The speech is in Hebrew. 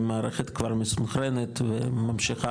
אם מערכת כבר מסונכרנת וממשיכה,